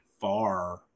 far